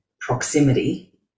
proximity